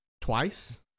Twice